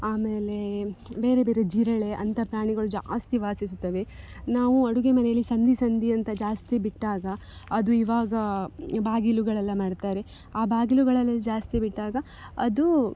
ಆಮೇಲೆ ಬೇರೆ ಬೇರೆ ಜಿರಳೆ ಅಂತ ಪ್ರಾಣಿಗಳು ಜಾಸ್ತಿ ವಾಸಿಸುತ್ತವೆ ನಾವು ಅಡುಗೆ ಮನೆಯಲ್ಲಿ ಸಂದಿ ಸಂದಿ ಅಂತ ಜಾಸ್ತಿ ಬಿಟ್ಟಾಗ ಅದು ಇವಾಗ ಬಾಗಿಲುಗಳೆಲ್ಲ ಮಾಡ್ತಾರೆ ಆ ಬಾಗಿಲುಗಳಲ್ಲೆಲ್ಲ ಜಾಸ್ತಿ ಬಿಟ್ಟಾಗ ಅದು